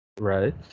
Right